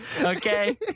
Okay